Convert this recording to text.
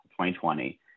2020